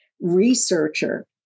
researcher